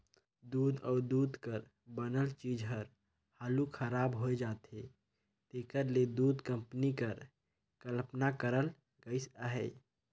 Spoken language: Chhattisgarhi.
दूद अउ दूद कर बनल चीज हर हालु खराब होए जाथे तेकर ले दूध कंपनी कर कल्पना करल गइस अहे